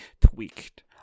tweaked